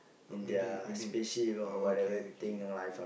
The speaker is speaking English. oh maybe maybe oh okay